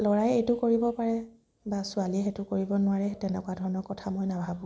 ল'ৰাই এইটো কৰিব পাৰে বা ছোৱালীয়ে সেইটো কৰিব নোৱাৰে তেনকুৱা ধৰণৰ কথা মই নাভাবোঁ